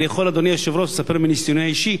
אני יכול, אדוני היושב-ראש, לספר מניסיוני האישי.